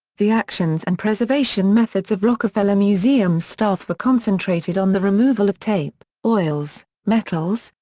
the actions and preservation methods of rockefeller museum staff were concentrated on the removal of tape, oils, metals,